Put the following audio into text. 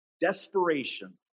desperation